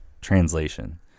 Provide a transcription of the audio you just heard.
translation